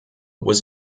was